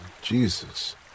Jesus